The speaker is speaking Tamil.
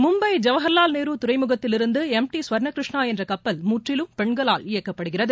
மும்பை ஜவஹர்லால் நேரு துறைமுகத்திலிருந்து எம் டி சுவர்ண கிருஷ்ணா என்ற கப்பல் முற்றிலும் பெண்களால் இயக்கப்படுகிறது